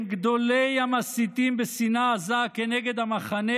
הם גדולי המסיתים בשנאה עזה כנגד המחנה